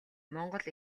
монгол